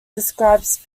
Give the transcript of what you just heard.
describes